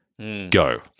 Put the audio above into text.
Go